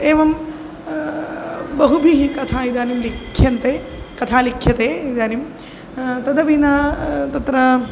एवं बहुभिः कथा इदानीं लिख्यन्ते कथा लिख्यते इदानीं तद् विना तत्र